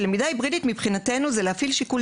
שלמידה היברידית מבחינתנו היא להפעיל שיקול